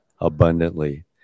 abundantly